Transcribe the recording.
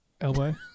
elbow